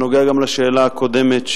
בנוגע גם לשאלה הקודמת,